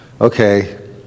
Okay